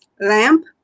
Lamp